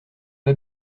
pas